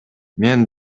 мен